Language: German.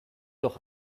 doch